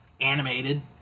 animated